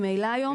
ממילא היום,